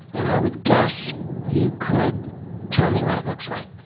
and i would guess you could tell me what it looks like.